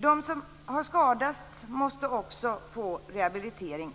De som har skadats måste också få rehabilitering